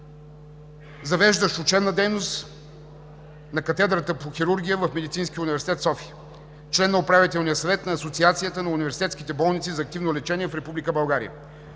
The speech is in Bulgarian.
Завеждащ „Учебна дейност“ на Катедрата по хирургия в Медицинския университет – София. Член на Управителния съвет на Асоциацията на университетските болници за активно лечение в Република България.